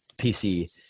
PC